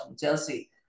Chelsea